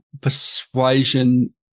persuasion